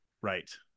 right